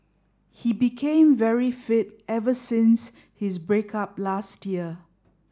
he became very fit ever since his break up last year